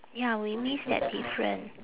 ya we miss that different